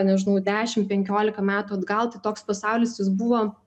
nežinau dešim penkiolika metų atgal tai toks pasaulis jis buvo